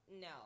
no